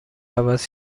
عوض